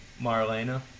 Marlena